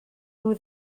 nhw